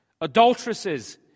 Adulteresses